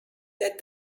that